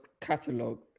catalog